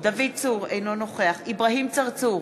אינו נוכח אברהים צרצור,